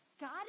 God